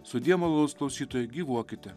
sudie malonūs klausytojai gyvuokite